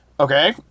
Okay